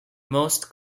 most